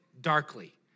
darkly